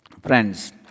Friends